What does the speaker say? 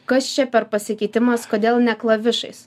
kas čia per pasikeitimas kodėl ne klavišais